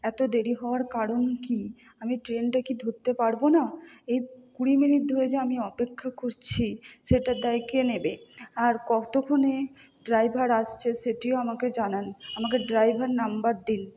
এত দেরি হওয়ার কারণ কি আমি ট্রেনটা কি ধরতে পারবো না এ কুড়ি মিনিট ধরে যে আমি অপেক্ষা করছি সেটার দায় কে নেবে আর কতক্ষণে ড্রাইভার আসছে সেটিও আমাকে জানান আমাকে ড্রাইভারের নাম্বার দিন